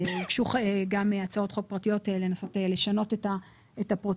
הוגשו גם הצעות חוק פרטיות על מנת לנסות לשנות את הפרוצדורה,